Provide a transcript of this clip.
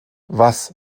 was